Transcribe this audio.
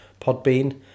Podbean